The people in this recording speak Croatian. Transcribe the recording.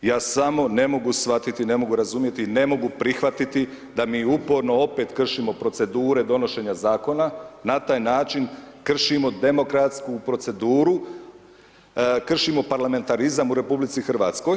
Ja samo ne mogu shvatiti, i ne mogu razumjeti, i ne mogu prihvatiti da mi uporno opet kršimo procedure donošenja Zakona, na taj način kršimo demokratsku proceduru, kršimo parlamentarizam u Republici Hrvatskoj.